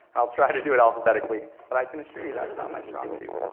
i'll try to do it alphabetically. but i can assure you, that's not my strong suit.